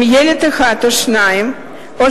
עם ילד אחד או שני ילדים,